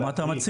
אז מה אתה מציע?